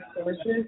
sources